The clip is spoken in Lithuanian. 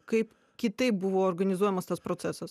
kaip kitaip buvo organizuojamas tas procesas